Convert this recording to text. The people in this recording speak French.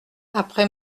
après